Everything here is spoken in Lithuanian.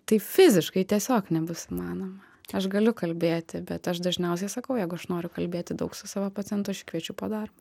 tai fiziškai tiesiog nebus įmanoma aš galiu kalbėti bet aš dažniausiai sakau jeigu aš noriu kalbėti daug su savo pacientu aš jį kviečiu po darbo